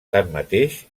tanmateix